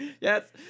yes